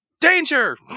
danger